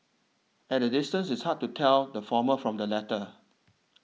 at a distance it's hard to tell the former from the latter